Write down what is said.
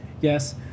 yes